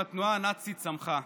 לא שומעים אותך.